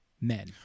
men